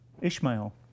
Ishmael